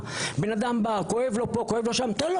בן אדם בא, כואב לו פה, כואב לו שם, תן לו